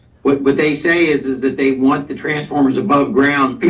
what would they say is is that they want the transformers above ground,